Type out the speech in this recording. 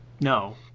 no